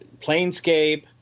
planescape